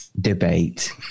debate